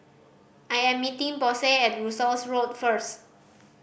I am meeting Posey at Russels Road first